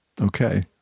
Okay